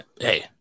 Hey